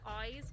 eyes